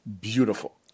beautiful